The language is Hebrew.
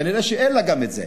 כי אני יודע שאין לה גם את זה.